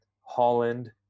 Holland